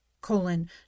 colon